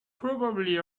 probably